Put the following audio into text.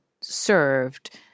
served